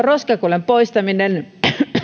roskakalojen poistaminen